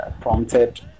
prompted